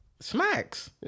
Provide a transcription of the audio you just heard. Smacks